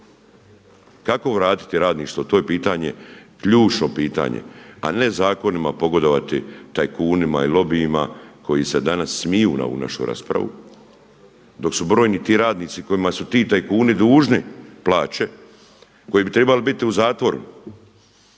Kako vratiti radništvo, to je pitanje, ključno pitanje a ne zakonima pogodovati tajkunima i lobijima koji se danas smiju na ovu našu raspravu dok su brojni ti radnici kojima su ti tajkuni dužni plaće, koji bi trebali biti u zatvoru